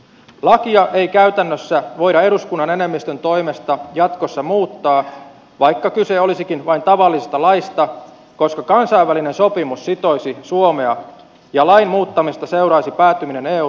lakia ei käytännössä voida eduskunnan enemmistön toimesta jatkossa muuttaa vaikka kyse olisikin vain tavallisesta laista koska kansainvälinen sopimus sitoisi suomea ja lain muuttamisesta seuraisi päätyminen eu tuomioistuimeen